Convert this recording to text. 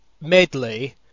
medley